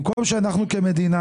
במקום שאנחנו כמדינה